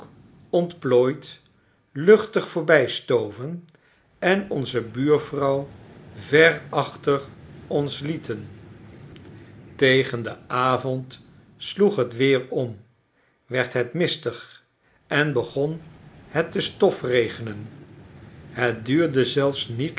ontplooid luchtig voorbijstoven en onze buurvrouw ver achter ons lieten tegen den avond sloeg het weer om werd het mistig en begon het te stofregenen het duurde zelfs niet